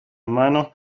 منو